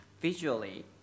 Visually